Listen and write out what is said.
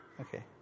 okay